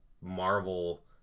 Marvel